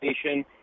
station